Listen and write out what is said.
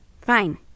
Fine